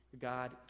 God